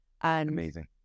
Amazing